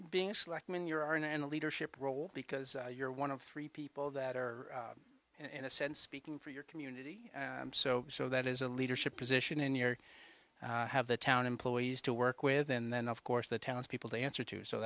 being selectman your are in and a leadership role because you're one of three people that are in a sense speaking for your community so so that is a leadership position in your have the town employees to work with and then of course the townspeople to answer to so